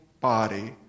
Body